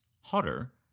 hotter